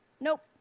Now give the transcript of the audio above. nope